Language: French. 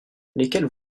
lesquelles